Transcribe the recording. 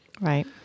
Right